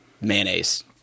Mayonnaise